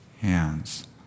hands